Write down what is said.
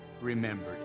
remembered